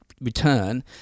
return